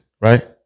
right